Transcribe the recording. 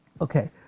Okay